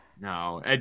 No